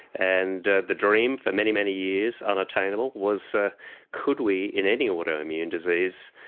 and the dream for many, many years unattainable was ah could we, in any autoimmune disease,